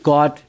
God